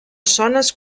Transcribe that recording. zones